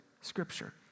Scripture